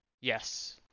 Yes